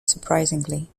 surprisingly